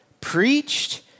preached